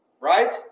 right